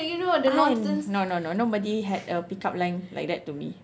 I no no no nobody had a pick up line like that to me